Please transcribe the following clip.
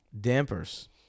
dampers